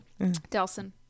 Delson